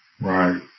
right